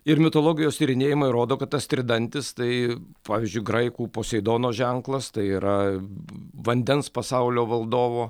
ir mitologijos tyrinėjimai rodo kad tas tridantis tai pavyzdžiui graikų poseidono ženklas tai yra vandens pasaulio valdovo